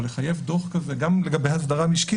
אבל לחייב הגשת דוח כזה גם לגבי אסדרה משקית,